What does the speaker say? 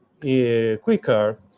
quicker